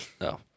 No